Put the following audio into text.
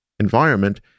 environment